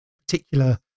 particular